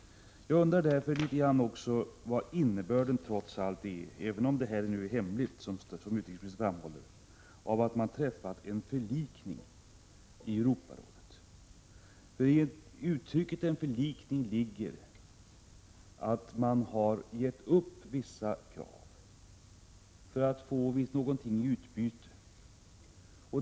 Jag undrar litet grand — även om materialet, som utrikesministern framhåller, är hemligt — över innebörden av att man träffat en förlikning i Europarådet. I uttrycket förlikning ligger att man har gett upp vissa krav för att få någonting i utbyte.